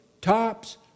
tops